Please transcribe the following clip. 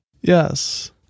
Yes